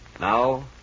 Now